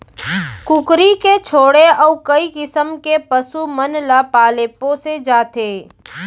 कुकरी के छोड़े अउ कई किसम के पसु मन ल पाले पोसे जाथे